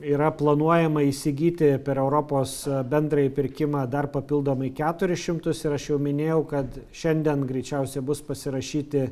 yra planuojama įsigyti per europos bendrąjį pirkimą dar papildomai keturis šimtus ir aš jau minėjau kad šiandien greičiausiai bus pasirašyti